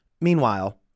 meanwhile